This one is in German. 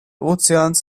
ozeans